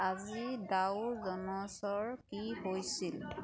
আজি ডাও জন্ছৰ কি হৈছিল